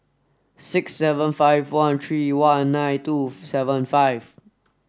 six seven five one three one nine two seven five